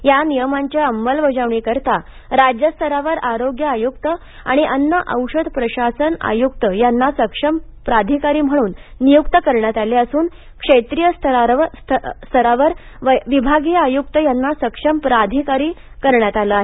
या निर्णयाच्या अंमलबजावणीकरीता राज्यस्तरावर आरोग्य आयुक्त आणि अन्न औषध प्रशासन आयुक्त यांना सक्षम प्राधिकारी म्हणून नियुक्त करण्यात आले असून क्षेत्रीय स्तरावर विभागीय आयुक्त यांना सक्षम प्राधिकारी करण्यात आले आहे